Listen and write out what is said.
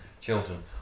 children